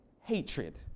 hatred